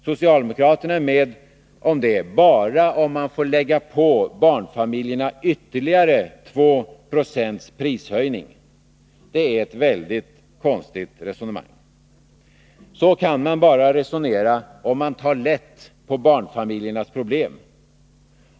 Socialdemokraterna är med om det bara om man får lägga på barnfamiljerna ytterligare 2 26 prishöjning. Det är ett väldigt konstigt resonemang. Så kan man bara resonera om man tar lätt på barnfamiljernas problem.